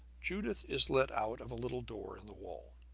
judith is let out of a little door in the wall.